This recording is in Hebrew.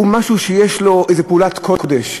הוא מישהו שעושה איזו פעולת קודש,